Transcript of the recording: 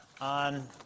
on